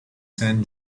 san